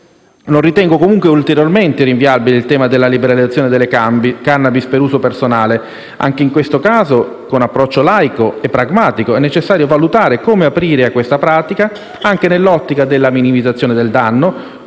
Non ritengo comunque ulteriormente rinviabile il tema della liberalizzazione della *cannabis* per uso personale. Anche in questo caso, con approccio laico e pragmatico, è necessario valutare come aprire a questa pratica anche nell'ottica della minimizzazione del danno,